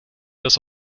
dass